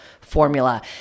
formula